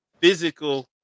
physical